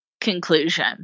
conclusion